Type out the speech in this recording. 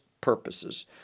purposes